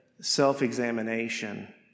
self-examination